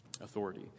authority